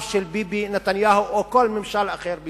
של ביבי נתניהו או כל ממשל אחר בישראל.